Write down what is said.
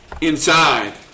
inside